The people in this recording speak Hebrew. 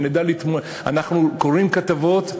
אנחנו קוראים כתבות,